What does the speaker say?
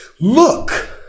Look